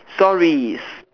stories